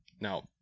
now